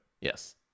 Yes